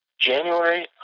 January